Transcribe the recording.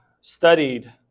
studied